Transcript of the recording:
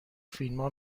فیلما